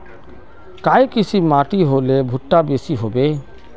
काई किसम माटी होले भुट्टा बेसी होबे?